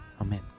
Amen